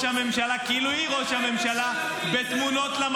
הממשלה כאילו היא ראש הממשלה בתמונות.